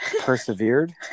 persevered